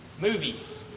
Movies